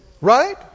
right